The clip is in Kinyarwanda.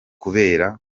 kubera